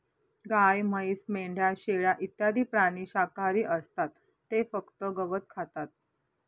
गाय, म्हैस, मेंढ्या, शेळ्या इत्यादी प्राणी शाकाहारी असतात ते फक्त गवत खातात